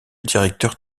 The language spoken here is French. directeur